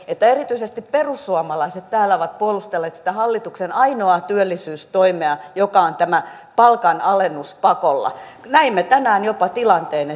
että erityisesti perussuomalaiset täällä ovat puolustelleet sitä hallituksen ainoaa työllisyystoimea joka on tämä palkanalennus pakolla näimme tänään jopa tilanteen